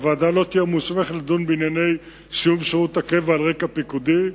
הוועדה לא תהיה מוסמכת לדון בענייני סיום שירות הקבע על רקע פיקודי.